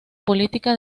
política